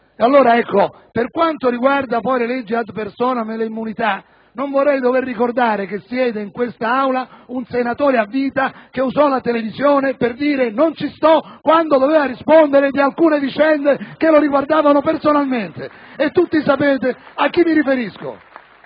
sociale. Per quanto riguarda poi le leggi *ad personam* e le immunità, non vorrei dover ricordare che siede in quest'Aula un senatore a vita che ha usato la televisione per dire «Non ci sto» quando doveva rispondere di alcune vicende che lo riguardavano personalmente. *(Applausi dai Gruppi*